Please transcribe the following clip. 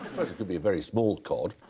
it could be a very small cod!